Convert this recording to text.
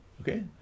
okay